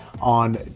On